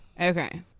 Okay